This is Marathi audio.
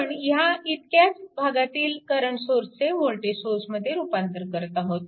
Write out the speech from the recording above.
आपण ह्या इतक्याच भागातील करंट सोर्सचे वोल्टेज सोर्समध्ये रूपांतर करत आहोत